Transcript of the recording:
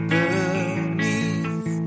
beneath